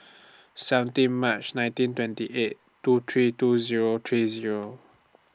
seventeen March nineteen twenty eight two three two Zero three Zero